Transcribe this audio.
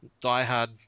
diehard